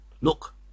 Look